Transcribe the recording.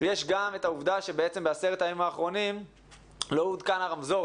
יש גם את העובדה שבעשרת הימים האחרונים לא עודכן הרמזור,